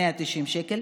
190 שקל,